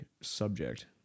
subject